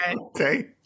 Okay